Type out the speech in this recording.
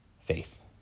faith